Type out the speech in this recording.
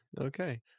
Okay